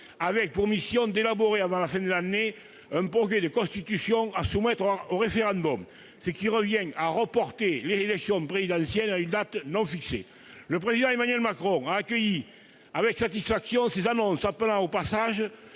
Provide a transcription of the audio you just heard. avec, pour mission, d'élaborer avant la fin de l'année un projet de Constitution à soumettre au référendum. Cela revient à reporter l'élection présidentielle à une date non fixée. Le Président Emmanuel Macron a accueilli avec satisfaction ces annonces, appelant au passage